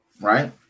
Right